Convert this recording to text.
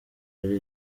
hari